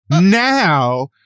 now